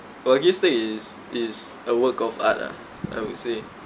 wagyu steak is is a work of art lah I would say